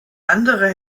andere